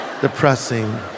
depressing